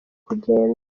kugenda